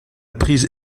prise